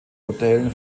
modellen